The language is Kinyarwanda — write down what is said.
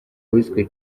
wiswe